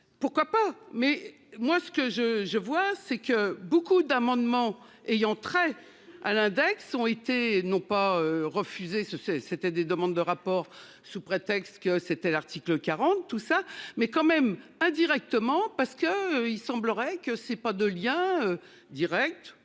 Pourquoi pas, mais moi ce que je, je vois c'est que beaucoup d'amendements ayant trait à l'index, ont été non pas refuser ce c'est, c'était des demandes de rapport sous prétexte que c'était l'article 40 tout ça mais quand même indirectement parce que il semblerait que c'est pas de lien Direct